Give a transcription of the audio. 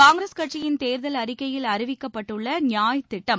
காங்கிரஸ் கட்சியின் தேர்தல் அறிக்கையில் அறிவிக்கப்பட்டுள்ள நியாய் திட்டம்